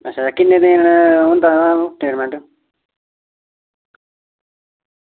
अच्छा किन्ने दिन होंदा ओह् ट्रीटमेंट